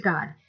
God